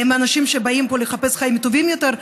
הם אנשים שבאים פה לחפש חיים טובים יותר.